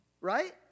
right